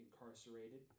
incarcerated